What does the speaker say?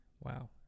Wow